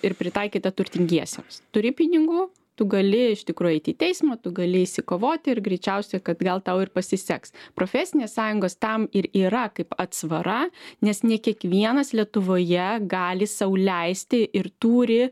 ir pritaikyta turtingiesiems turi pinigų tu gali iš tikro eiti į teismą tu gali išsikovoti ir greičiausiai kad gal tau ir pasiseks profesinės sąjungos tam ir yra kaip atsvara nes ne kiekvienas lietuvoje gali sau leisti ir turi